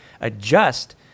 adjust